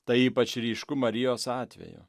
tai ypač ryšku marijos atveju